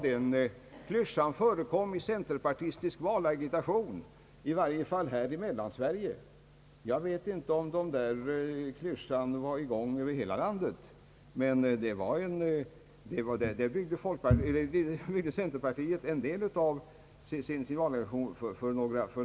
Den klyschan förekom i centerpartistisk valagitation, bland annat på vissa valplakat, i varje fall här i Mellansverige.